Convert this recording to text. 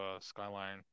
Skyline